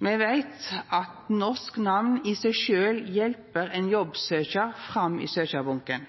Me veit at eit norsk namn i seg sjølv hjelper ein